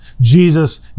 Jesus